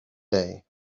day